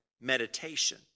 meditation